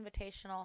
Invitational